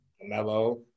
Melo